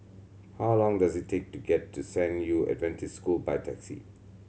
how long does it take to get to San Yu Adventist School by taxi